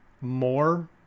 more